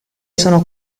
sono